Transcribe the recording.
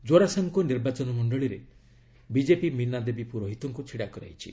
ଜୋରାସାଙ୍କୋ ନିର୍ବାଚନ ମଣ୍ଡଳୀରେ ବିଜେପି ମୀନା ଦେବୀ ପୁରୋହିତଙ୍କୁ ଛିଡ଼ା କରାଇଛି